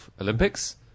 Olympics